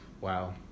Wow